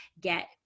get